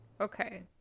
okay